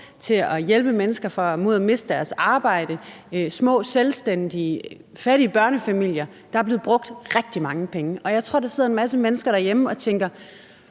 til at redde mennesker fra at miste deres arbejde, til at hjælpe små selvstændige og fattige børnefamilier. Der er blevet brugt rigtig mange penge, og jeg tror, at der sidder en masse mennesker derhjemme og tænker: